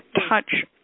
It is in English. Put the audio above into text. touch